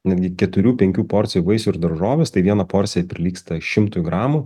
netgi keturių penkių porcijų vaisių ir daržoves tai viena porcija prilygsta šimtui gramų